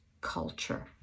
culture